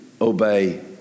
obey